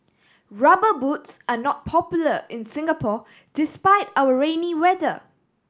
Rubber Boots are not popular in Singapore despite our rainy weather